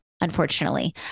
unfortunately